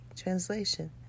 translation